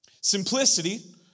Simplicity